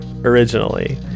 originally